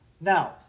now